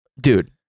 dude